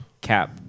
Cap